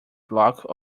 block